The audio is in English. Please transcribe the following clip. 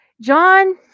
John